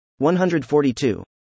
142